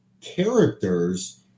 characters